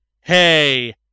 hey